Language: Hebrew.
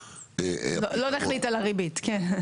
לא נחליט על הריבית, כן.